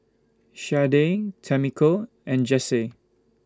Sharday Tamiko and Jessye